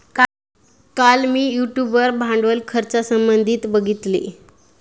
काल मी यूट्यूब वर भांडवल खर्चासंबंधित बघितले